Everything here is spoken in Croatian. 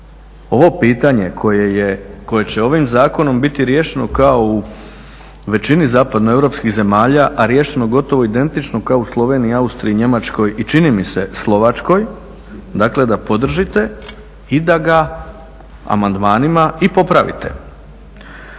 ovo pitanje koje će ovim zakonom biti riješeno kao u većini zapadnoeuropskih zemalja, a riješeno gotovo identično kao u Sloveniji, Austriji, Njemačkoj i čini mi se Slovačkoj, dakle da podržite i da ga amandmanima i popravite.